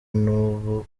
n’ubu